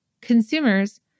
Consumers